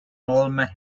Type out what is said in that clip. holme